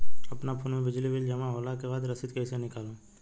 अपना फोन मे बिजली बिल जमा होला के बाद रसीद कैसे निकालम?